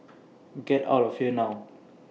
get out of here now